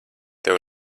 tev